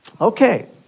Okay